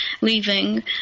leaving